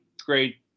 great